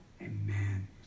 Amen